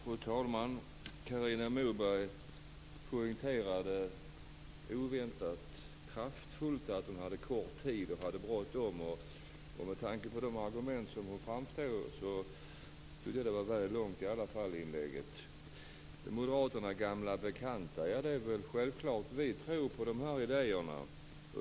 Fru talman! Carina Moberg poängterade oväntat kraftfullt att hon hade kort om tid och bråttom. Med tanke på de argument som hon framförde tycker jag att inlägget i varje fall var väl långt. Det sades att moderaternas förslag var gamla bekanta. Det är väl självklart. Vi tror på de idéerna.